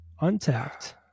untapped